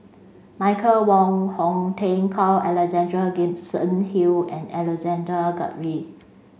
Michael Wong Hong Teng Carl Alexander Gibson Hill and Alexander Guthrie